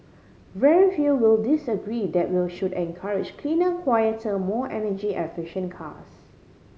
very few will disagree that will should encourage cleaner quieter more energy efficient cars